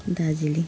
Darjeeling